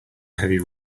heavy